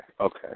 okay